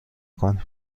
کنیم